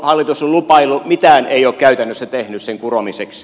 hallitus on lupaillut mitään ei ole käytännössä tehnyt sen kuromiseksi